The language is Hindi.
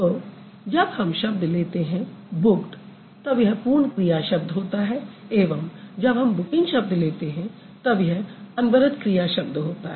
तो जब हम शब्द लेते हैं बुक्ड तब यह पूर्ण क्रिया शब्द होता है एवं जब हम बुकिंग शब्द लेते हैं तब यह अनवरत क्रिया शब्द होता है